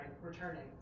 returning